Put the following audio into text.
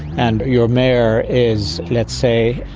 and your mare is, let's say,